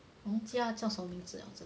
忘记他叫什么名字 liao